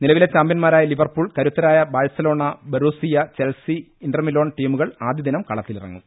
നിലവിലെ ചാമ്പൃൻമാ രായ ലിവർപൂൾ കരുത്തരായ ബാഴ്സലോണ ബെറുസിയ ചെൽസി ഇന്റർമിലോൺ ടീമുകൾ ആദ്യദിനം കളത്തിലിറ ങ്ങും